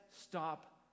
stop